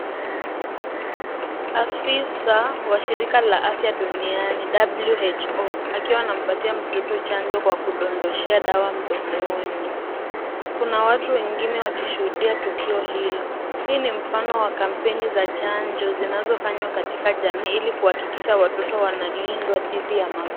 Afisa wa shirika la afya duniani, WHO. Akiwa anampatia mtoto chanjo kwa kudondoshea dawa mdomoni. Kuna watu wengine wakishuhudia tukio hilo. Hii ni mfano wa kampeni za chanjo, zinazofanywa katika jamii, ili kuhakikisha watoto wanalindwa thidhi ya magonjwa.